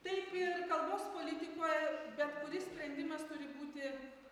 taip ir kalbos politikoje bet kuris sprendimas turi būti